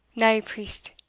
nae priest!